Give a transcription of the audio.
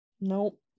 nope